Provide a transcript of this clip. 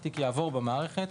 התיק יעבור במערכת.